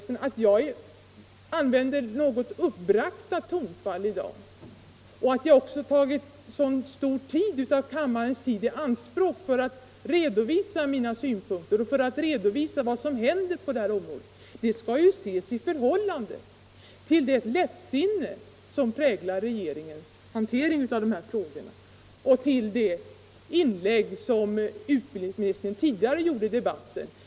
Att jag använt något uppbragta tonfall i dag och att jag också tagit så stor del av kammarens tid i anspråk för att redovisa mina synpunkter och redogöra för vad som händer på detta område bör ses i förhållande till det lättsinne som präglar regeringens hantering av frågorna och till de inlägg som utbildningsministern tidigare gjort i debatten.